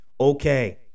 Okay